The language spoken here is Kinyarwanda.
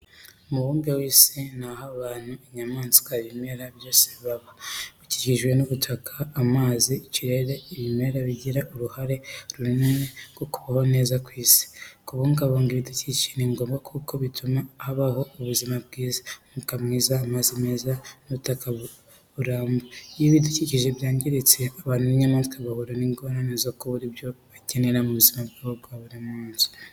Umubumbe w’isi ni aho abantu, inyamaswa n’ibimera byose baba. Ukikijwe n’ubutaka, amazi, ikirere n’ibimera bigira uruhare runini mu kubaho neza kw’isi. Kubungabunga ibidukikije ni ngombwa kuko bituma habaho ubuzima bwiza, umwuka mwiza, amazi meza n’ubutaka buramba. Iyo ibidukikije byangiritse, abantu n’inyamaswa bahura n’ingorane zo kubura ibyo bakeneye mu buzima bwabo bwa buri munsi.